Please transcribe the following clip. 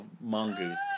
mongoose